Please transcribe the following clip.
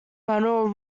manor